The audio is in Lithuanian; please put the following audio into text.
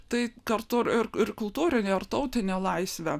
tai kartu ir ir kultūrinė ar tautinė laisvė